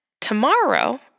tomorrow